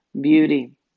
beauty